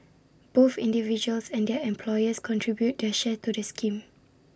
both individuals and their employers contribute their share to the scheme